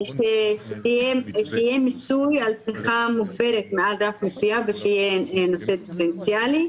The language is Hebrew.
שיהיה מיסוי על צריכה מוגברת מעל רף מסוים ושיהיה נושא דיפרנציאלי.